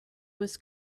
was